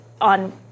on